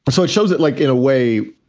but so it shows it like, in a way,